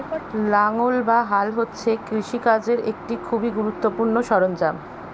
লাঙ্গল বা হাল হচ্ছে কৃষিকার্যের একটি খুবই গুরুত্বপূর্ণ সরঞ্জাম